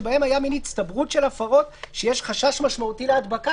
שבהן היה מין הצטברות של הפרות שיש חשש משמעותי להדבקה,